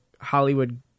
Hollywood